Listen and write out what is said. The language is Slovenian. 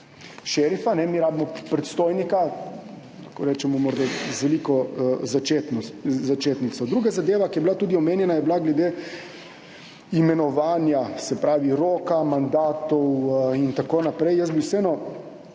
šerifa, mi rabimo predstojnika, lahko rečemo, morda z veliko začetnico. Druga zadeva, ki je bila tudi omenjena, je bila glede imenovanja, se pravi roka, mandatov in tako naprej. Tu je več